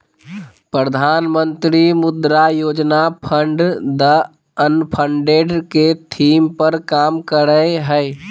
प्रधानमंत्री Mudra Yojana fund the unfunded के theme पर काम करय हइ